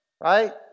right